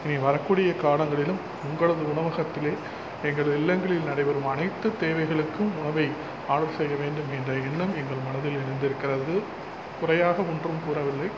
இனி வரக்கூடிய காலங்களிலும் உங்களது உணவகத்திலே எங்களது இல்லங்களில் நடைபெறும் அனைத்து தேவைகளுக்கும் உணவை ஆர்டர் செய்ய வேண்டும் என்ற எண்ணம் எங்கள் மனதில் எழுந்திருக்கிறது குறையாக ஒன்றும் கூறவில்லை